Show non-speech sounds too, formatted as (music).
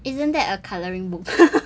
isn't that a colouring book (laughs)